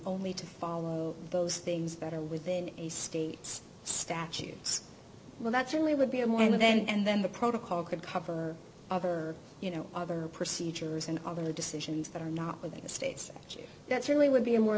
only to follow those things that are within a state statutes well that certainly would be a more and then and then the protocol could cover other you know other procedures and other decisions that are not within the states that certainly would be a more